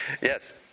Yes